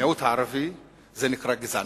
המיעוט הערבי, זה נקרא גזענות.